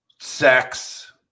sex